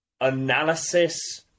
analysis